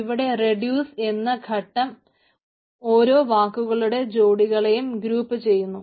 ഇവിടെ റെഡിയൂസ് എന്ന ഘട്ടം ഓരോ വാക്കുകളുടെ ജോടികളെയും ഗ്രൂപ്പ് ചെയ്യുന്നു